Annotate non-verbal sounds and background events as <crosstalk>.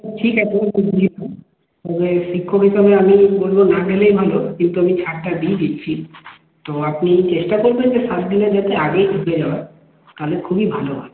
ঠিক আছে <unintelligible> তবে শিক্ষক হিসাবে আমি বলব না গেলেই ভালো কিন্তু আমি ছাড়টা দিয়ে দিচ্ছি তো আপনি চেষ্টা করবেন যে সাত দিনের যাতে আগেই ঢুকে যাওয়ার তালে খুবই ভালো হয়